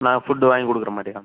நான் ஃபுட் வாங்கி கொடுக்குற மாதிரியா